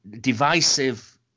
divisive